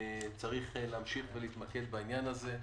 צריך להמשיך ולהתמקד בעניין הזה.